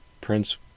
Prince